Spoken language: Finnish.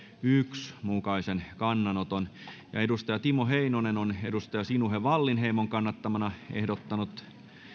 yhden mukaisen kannanoton timo heinonen on sinuhe wallinheimon kannattamana ehdottanut